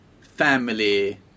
family